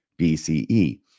BCE